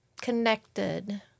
connected